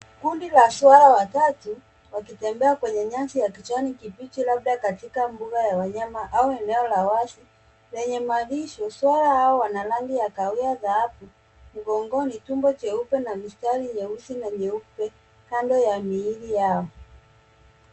Kundi la swara watatu wakitembea kwenye nyasi ya kijani kibichi, labda katika bunga ya wanyama au eneo la wazi lenye malisho. Swara hao wana rangi la kaawia dhahabu mgongoni tumbo jeupe na mistari myeusi na myeupe kando ya miili yao.